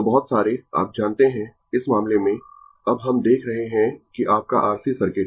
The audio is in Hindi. तो बहुत सारे आप जानते है इस मामले में अब हम देख रहे है कि आपका RC सर्किट